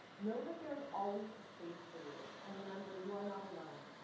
know that there is always a space for you and remember you are not alone.